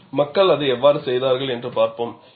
மக்கள் அதை எவ்வாறு செய்தார்கள் என்று பார்ப்போம்